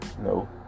no